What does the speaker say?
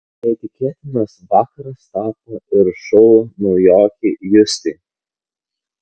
neįtikėtinas vakaras tapo ir šou naujokei justei